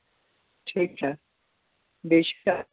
ٹھیٖک چھا بیٚیہِ چھِ کیٛاہ